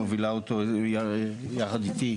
מובילה אותו יחד איתי,